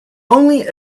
only